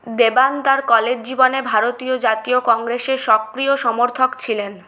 দেবান তাঁর কলেজ জীবনে ভারতীয় জাতীয় কংগ্রেসের সক্রিয় সমর্থক ছিলেন